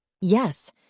Yes